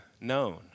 known